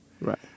Right